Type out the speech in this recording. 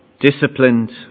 disciplined